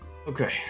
okay